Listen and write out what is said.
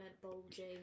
bulging